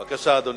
בבקשה, אדוני.